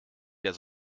der